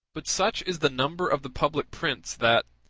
but such is the number of the public prints that,